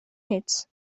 hits